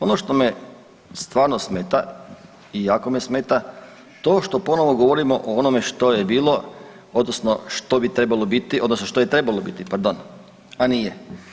Ono što me stvarno smeta i jako me smeta to što ponovo govorimo o onome što je bilo odnosno što bi trebalo biti odnosno što je trebalo biti, pardon, a nije.